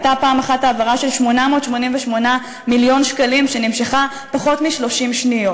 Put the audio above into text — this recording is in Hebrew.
הייתה פעם אחת העברה של 888 מיליון שקלים שנמשכה פחות מ-30 שניות.